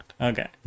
okay